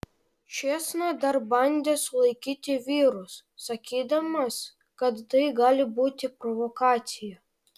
čėsna dar bandė sulaikyti vyrus sakydamas kad tai gali būti provokacija